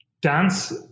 Dance